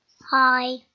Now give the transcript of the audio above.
Hi